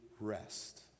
rest